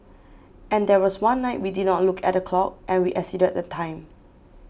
and there was one night we did not look at the clock and we exceeded the time